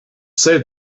save